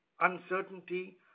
uncertainty